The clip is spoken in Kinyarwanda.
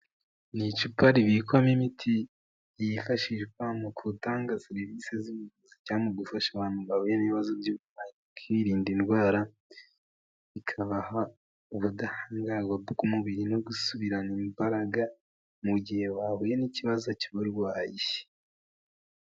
Ni icupa ribiyikwamo imiti yifashishwa mu gutanga serivisi z'inzi cyangwa mu gufasha abantu bahuye n'ibibazo bakiribirinda indwara bikabaha ubudahangarwa bw'umubiri no gusubirana imbaraga mu gihe bahuye n'ikibazo cy'uburwayi.